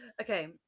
Okay